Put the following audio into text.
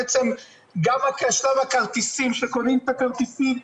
גם שלב הכרטיסים, שקונים את הכרטיסים,